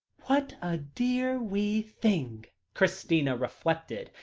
what a dear wee thing! christina reflected,